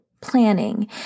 planning